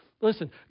listen